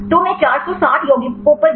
तो में 460 यौगिकों पर विचार किया है